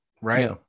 right